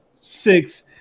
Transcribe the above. six